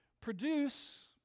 produce